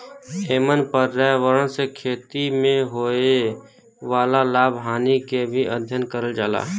एमन पर्यावरण से खेती में होए वाला लाभ हानि के भी अध्ययन करल जाला